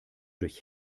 durch